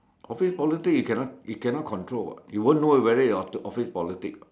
office politics you cannot you cannot control what you won't know whether you have office politics what